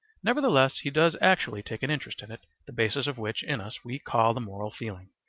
nevertheless he does actually take an interest in it, the basis of which in us we call the moral feeling,